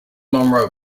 monroe